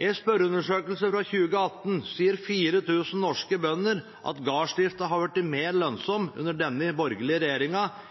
I en spørreundersøkelse fra 2018 sier 4 000 norske bønder at gardsdriften har blitt mer lønnsom under den borgerlige